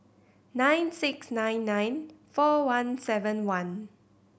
nine six nine nine four one seven one